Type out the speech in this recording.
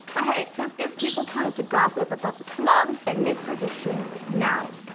but hey, this gives people time to gossip about the snubs and make predictions now.